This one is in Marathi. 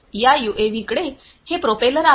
या यूएव्हीकडे हे प्रोपेलर आहे